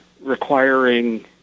requiring